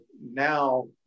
now